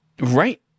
right